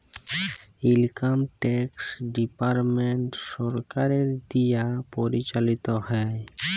income tax department সরকারের দিয়া পরিচালিত হ্যয়